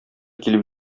килеп